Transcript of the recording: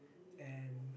and